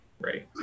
Right